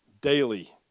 daily